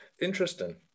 interesting